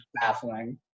baffling